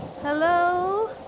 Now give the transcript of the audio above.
Hello